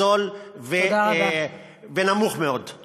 זול ונמוך מאוד.